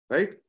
Right